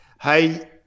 Hey